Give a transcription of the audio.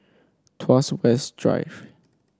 Tuas West Drive